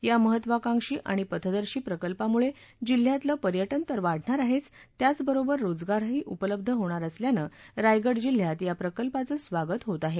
या महत्वाकांक्षी आणि पथदर्शी प्रकल्पामुळे जिल्हयातले पर्यटन तर वाढणार आहेच त्याचबरोबर रोजगारही उपलब्ध होणार असल्यानं रायगड जिल्हयात या प्रकल्पाचं स्वागत होत आहे